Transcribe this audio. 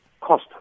cost